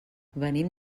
venim